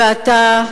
ואתה,